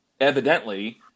evidently